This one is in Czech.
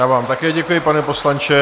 Já vám také děkuji, pane poslanče.